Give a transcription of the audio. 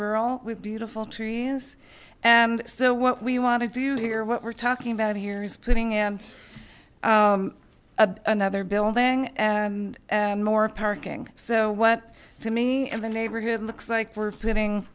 rural with beautiful trees and so what we want to do here what we're talking about here is putting in a another building and more parking so what to me in the neighborhood looks like for fitting